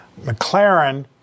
McLaren